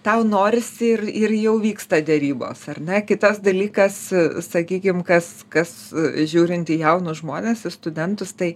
tau norisi ir ir jau vyksta derybos ar ne kitas dalykas sakykim kas kas žiūrint į jaunus žmones studentus tai